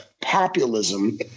populism